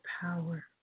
power